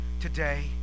today